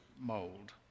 mold